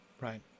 right